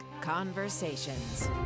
Conversations